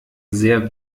sehr